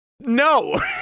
no